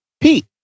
Pete